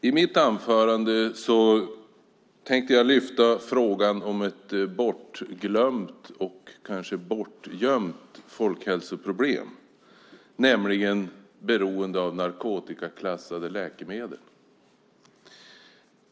I mitt anförande tänkte jag lyfta frågan om ett bortglömt och kanske bortgömt folkhälsoproblem, nämligen beroende av narkotikaklassade läkemedel.